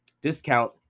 discount